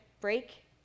break